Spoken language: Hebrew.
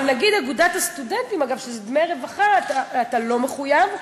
אבל אגודת הסטודנטים, זה דמי רווחה, אתה לא מחויב.